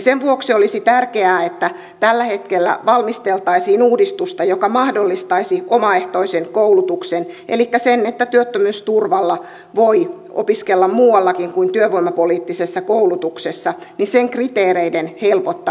sen vuoksi olisi tärkeää että tällä hetkellä valmisteltaisiin uudistusta joka mahdollistaisi omaehtoisen koulutuksen elikkä sen että työttömyysturvalla voi opiskella muuallakin kuin työvoimapoliittisessa koulutuksessa kriteereiden helpottamista